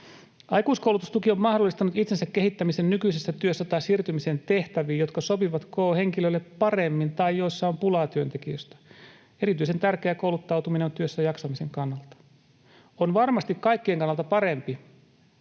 Aikuiskoulutustuki on mahdollistanut itsensä kehittämisen nykyisessä työssä tai siirtymisen tehtäviin, jotka sopivat ko. henkilölle paremmin tai joissa on pulaa työntekijöistä. Erityisen tärkeää kouluttautuminen on työssäjaksamisen kannalta. On varmasti kaikkien kannalta parempi,